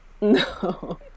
No